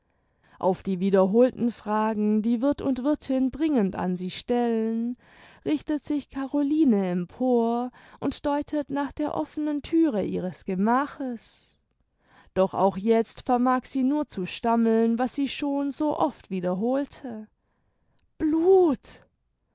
auf die wiederholten fragen die wirth und wirthin bringend an sie stellen richtet sich caroline empor und deutet nach der offnen thüre ihres gemaches doch auch jetzt vermag sie nur zu stammeln was sie schon so oft wiederholte blut